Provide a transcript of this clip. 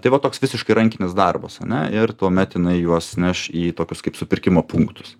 tai va toks visiškai rankinis darbas ane ir tuomet jinai juos neš į tokius kaip supirkimo punktus